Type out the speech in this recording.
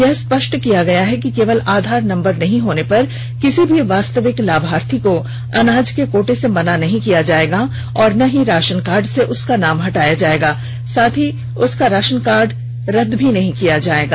यह स्पष्ट किया गया है कि केवल आधार नम्बर नहीं होने पर किसी भी वास्तविक लाभार्थी को अनाज के कोटे से मना नहीं किया जाएगा और न ही राशन कार्ड से उसका नाम हटाया जाएगा और न उसका राशन कार्ड रद्द किया जाएगा